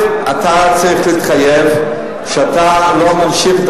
אתה צריך להתחייב שאתה לא ממשיך את